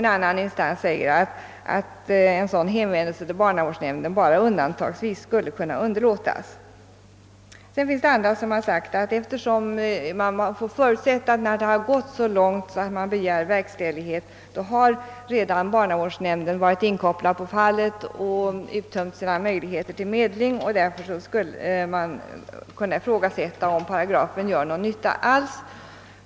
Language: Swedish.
En annan instans anser att en sådan hänvändelse till barnawvårdsnämnd endast undantagsvis skall kunna underlåtas. Andra återigen har sagt att man får förutsätta, att när det gått så långt att man begär verkställighet, har barnavårdsnämnden redan varit inkopplad på fallet och uttömt sina möjligheter till medling. Därför ifrågasätter man om paragrafen gör någon nytta alls.